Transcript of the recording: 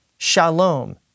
Shalom